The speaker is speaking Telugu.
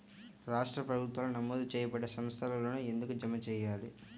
రాష్ట్ర ప్రభుత్వాలు నమోదు చేయబడ్డ సంస్థలలోనే ఎందుకు జమ చెయ్యాలి?